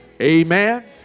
Amen